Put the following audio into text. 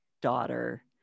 daughter